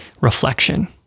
reflection